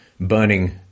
burning